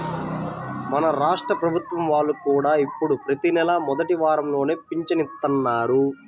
మన రాష్ట్ర ప్రభుత్వం వాళ్ళు కూడా ఇప్పుడు ప్రతి నెలా మొదటి వారంలోనే పింఛను ఇత్తన్నారు